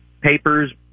papers